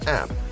app